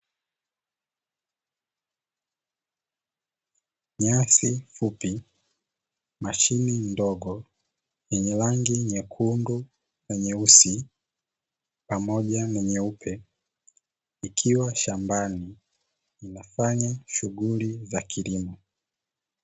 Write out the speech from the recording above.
Nyasi fupi, mashine ndogo yenye rangi nyekundu na nyeusi pamoja na nyeupe, ikiwa shambani inafanya shughuli za kilimo.